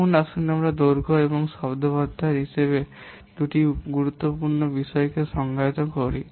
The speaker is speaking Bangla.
এখন আসুন আমরা দৈর্ঘ্য এবং শব্দভান্ডার হিসাবে পরিচিত গুরুত্বপূর্ণ দুটি বিষয়কে সংজ্ঞায়িত করি